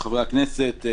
חברי הכנסת,